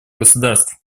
государств